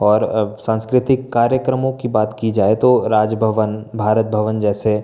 और अब सांस्कृतिक कार्यक्रमों की बात की जाए तो राज भवन भारत भवन जैसे